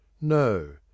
No